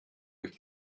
durch